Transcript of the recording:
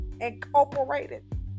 Incorporated